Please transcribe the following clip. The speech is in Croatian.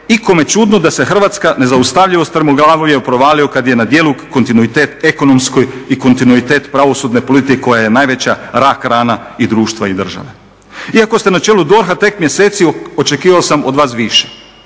ikome čudno da se Hrvatska nezaustavljivo strmoglavljuje u provaliju kad je na djelu kontinuitet ekonomske i kontinuitet pravosudne politike koja je najveća rak-rana i društva i države. Iako ste na čelu DORH-a tek mjeseci očekivao sam od vas više.